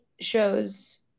shows